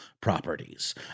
properties